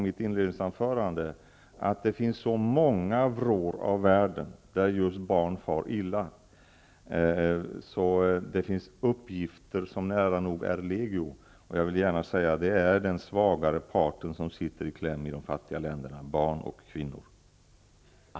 Men det finns så många vrår av världen där just barn far illa, som Annika Åhnberg sade. Det finns uppgifter i legio. Det är den svagare parten, dvs. barn och kvinnor, som sitter i kläm i de fattiga länderna.